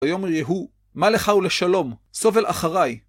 היום יהוא, מה לך ולשלום? סובל אחריי.